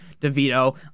DeVito